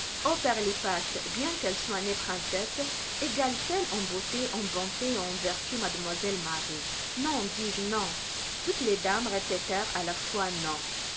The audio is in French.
ô pirlipat bien qu'elle soit née princesse égale t elle en beauté en bonté et en vertus mademoiselle marie non dis-je non toutes les dames répétèrent à la fois non